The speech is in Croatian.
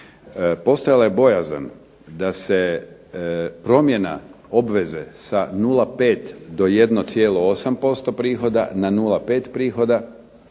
Postojala je bojazan da se promjena obveze sa 0,5 do 1,8% prihoda na 0,5 prihoda